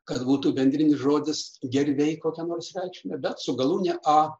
kad būtų bendrinis žodis gerviai kokia nors reikšme bet su galūne a